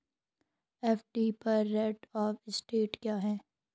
FD पर rate of interest क्या है?